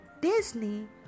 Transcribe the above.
Disney